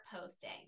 posting